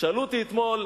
שאלו אותי פה אתמול: